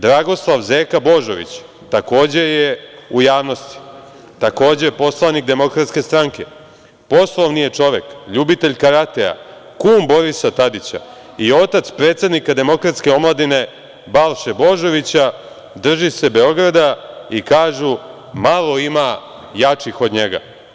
Dragoslav Zeka Božović, takođe je poslanik DS-a, poslovni je čovek, ljubitelj karatea, kum Borisa Tadića i otac predsednika Demokratske omladine Balše Božovića, drži se Beograda i kažu, malo ima jačih od njega.